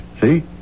See